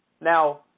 Now